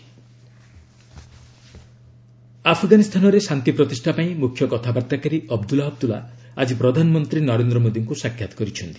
PM Abdullah Abdullah ଆଫ୍ଗାନିସ୍ତାନରେ ଶାନ୍ତି ପ୍ରତିଷ୍ଠା ପାଇଁ ମୁଖ୍ୟ କଥାବାର୍ତ୍ତାକାରୀ ଅବଦୁଲ୍ଲା ଅବଦୁଲ୍ଲା ଆଜି ପ୍ରଧାନମନ୍ତ୍ରୀ ନରେନ୍ଦ୍ର ମୋଦୀଙ୍କୁ ସାକ୍ଷାତ କରିଛନ୍ତି